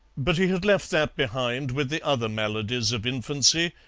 but he had left that behind with the other maladies of infancy,